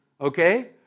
okay